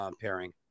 pairing